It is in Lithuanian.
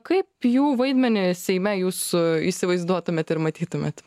kaip jų vaidmenį seime jūs įsivaizduotumėt ir matytumėt